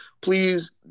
please